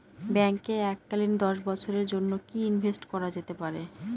ব্যাঙ্কে এককালীন দশ বছরের জন্য কি ইনভেস্ট করা যেতে পারে?